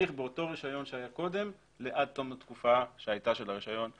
וממשיך באותו רישיון שהיה קודם עד תום התקופה שהייתה של הרישיון המקורי.